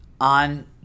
on